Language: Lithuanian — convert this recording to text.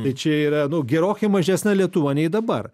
tai čia yra nu gerokai mažesnė lietuva nei dabar